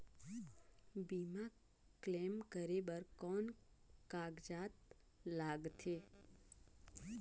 बीमा क्लेम करे बर कौन कागजात लगथे?